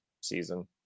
season